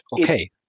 okay